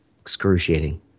Excruciating